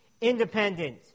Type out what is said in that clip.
independent